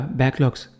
backlogs